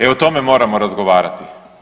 E, o tome moramo razgovarati.